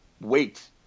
wait